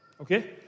okay